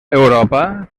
europa